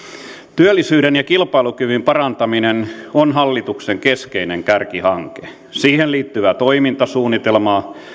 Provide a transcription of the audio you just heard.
työllisyyden ja kilpailukyvyn parantaminen on hallituksen keskeinen kärkihanke siihen liittyvää toimintasuunnitelmaa